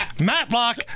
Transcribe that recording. Matlock